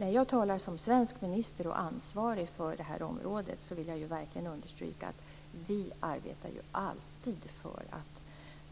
När jag talar som svensk minister och ansvarig för det här området vill jag verkligen understryka att vi alltid arbetar för att